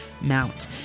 mount